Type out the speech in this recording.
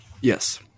Yes